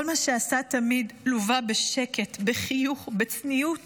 כל מה שעשה תמיד לווה בשקט, בחיוך, בצניעות